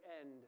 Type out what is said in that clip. end